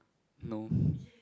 no